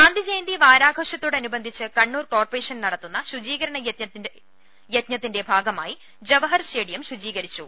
ഗാന്ധി ജയന്തി വാരാഘോഷത്തോടനുബന്ധിച്ച് കണ്ണൂർ കോർപറേഷൻ നടത്തുന്ന ശുചീകരണ യജ്ഞത്തിന്റെ ഭാഗമായി ജവഹർ സ്റ്റേഡിയം ശുചീകരിച്ചു